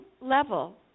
level